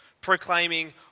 proclaiming